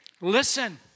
Listen